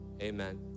amen